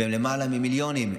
ולמעלה ממיליונים,